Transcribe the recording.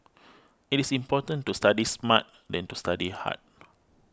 it is important to study smart than to study hard